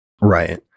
Right